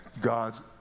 God's